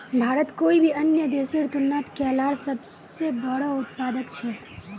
भारत कोई भी अन्य देशेर तुलनात केलार सबसे बोड़ो उत्पादक छे